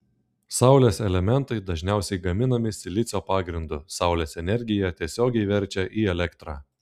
saulės elementai dažniausiai gaminami silicio pagrindu saulės energiją tiesiogiai verčia į elektrą